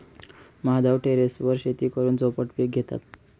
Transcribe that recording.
माधव टेरेसवर शेती करून चौपट पीक घेतात